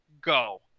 go